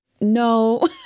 no